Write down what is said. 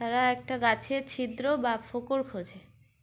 তারা একটা গাছের ছিদ্র বা ফোঁকর খোঁজে